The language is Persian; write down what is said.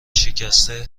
شکسته